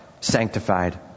sanctified